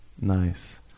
Nice